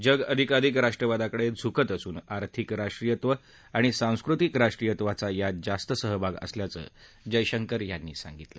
जग अधिकाधिक राष्ट्रवादाकडे झुकत असून आर्थिक राष्ट्रीयत्व आणि सांस्कृतिक राष्ट्रीयत्वाचा यात जास्त सहभाग असल्याचं जयशंकर यांनी सांगितलं